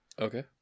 Okay